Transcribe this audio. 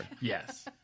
Yes